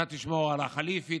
אתה תשמור על החליפי,